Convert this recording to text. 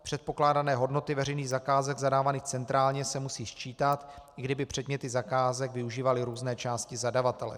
Předpokládané hodnoty veřejných zakázek zadávaných centrálně se musí sčítat, i kdyby předměty zakázek využívaly různé části zadavatele.